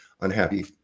unhappy